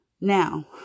Now